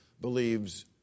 believes